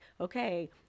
okay